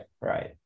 right